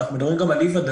אנחנו מדברים גם על אי-ודאות